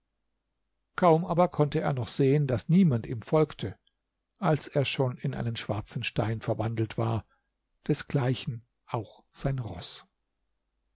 kaum aber konnte er noch sehen daß niemand ihm folgte als er schon in einen schwarzen stein verwandelt war desgleichen auch sein roß